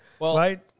right